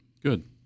Good